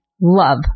love